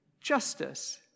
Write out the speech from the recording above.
justice